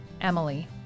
Emily